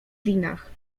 dinah